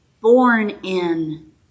born-in